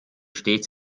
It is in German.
stets